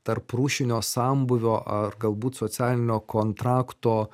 tarprūšinio sambūvio ar galbūt socialinio kontrakto